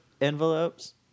envelopes